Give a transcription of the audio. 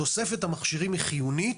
תוספת המכשירים היא חיונית.